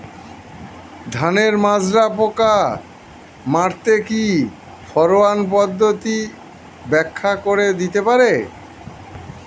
ধানের মাজরা পোকা মারতে কি ফেরোয়ান পদ্ধতি ব্যাখ্যা করে দিতে পারে?